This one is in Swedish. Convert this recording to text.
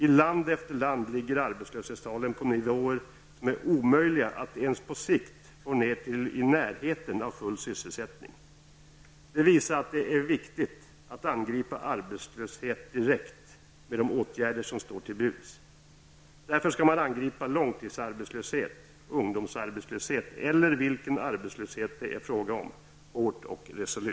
I land efter land ligger arbetslöshetstalen på sådana nivåer att det är omöjligt att ens på sikt komma i närheten av full sysselsättning. Det visar att det är viktigt att angripa arbetslöshet direkt med de åtgärder som står till buds. Därför skall man hårt och resolut angripa långtidsarbetslöshet, ungdomsarbetslös eller annan arbetslöshet som det kan vara fråga om.